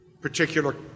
Particular